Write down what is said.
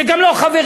זה גם לא חברי,